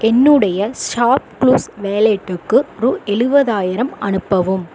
என்னுடைய ஷாப்க்ளூஸ் வேலெட்டுக்கு ரூ எழுபதாயிரம் அனுப்பவும்